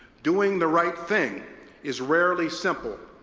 doing the right thing is rarely simple,